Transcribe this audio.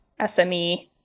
SME